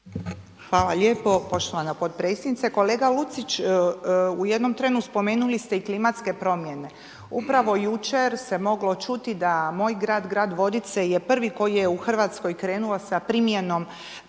Hvala lijepo poštovana potpredsjednice. Kolega Lucić, u jednom trenu spomenuli ste i klimatske promjene. Upravo jučer se moglo čuti da moj grad, grad Vodice je prvi koji je u Hrvatskoj krenuo s primjenom